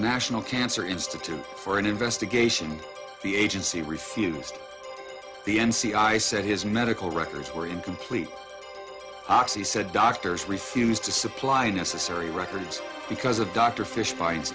national cancer institute for an investigation the agency refused the n c i said his medical records were incomplete oxy said doctors refused to supply necessary records because of dr fish fin